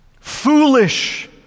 Foolish